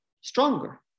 stronger